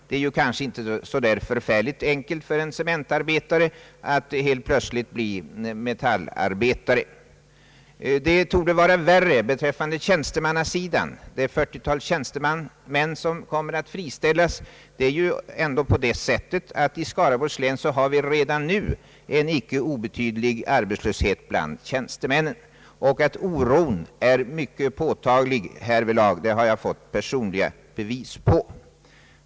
Det är kanske inte så enkelt för en cementarbetare att plötsligt övergå till att bli metallarbetare. Värre är det nog för det 40-tal tjänstemän som kommer att friställas. I Skaraborgs län har vi redan nu en icke obetydlig arbetslöshet bland tjänstemän. Att oron bland de tjänstemän det nu närmast gäller är mycket påtaglig har jag personligen fått bevis på.